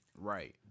Right